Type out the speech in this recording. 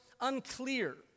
unclear